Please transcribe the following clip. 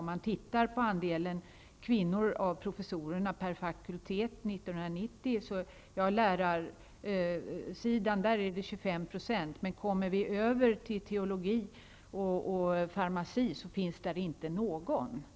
Om man tittar på andelen kvinnor bland professorerna per fakultet 1990, finner man att den på lärarsidan var 25 % men att det på de teologiska och farmaceutiska fakulteterna inte fanns någon kvinna.